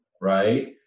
right